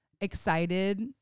excited